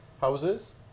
houses